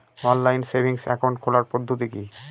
Online savings account খোলার পদ্ধতি কি?